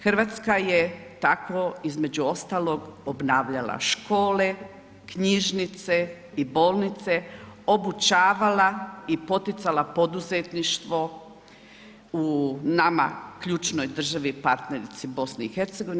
Hrvatska je tako između ostalog obnavljala škole, knjižnice i bolnice, obučavala i poticala poduzetništvo u nama ključnoj državi partnerici BiH.